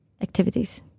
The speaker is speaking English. activities